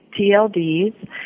TLDs